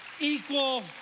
equal